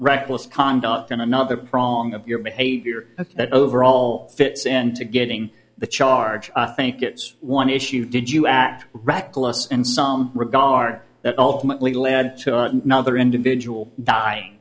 reckless conduct on another prong of your behavior that overall fits and getting the charge i think it's one issue did you ask reckless in some regard that ultimately led to another individual d